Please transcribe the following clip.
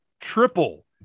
triple